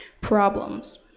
Problems